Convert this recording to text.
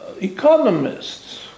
economists